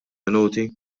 minuti